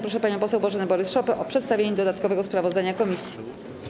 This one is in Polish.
Proszę panią poseł Bożenę Borys-Szopę o przedstawienie dodatkowego sprawozdania komisji.